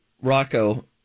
rocco